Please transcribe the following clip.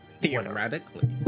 Theoretically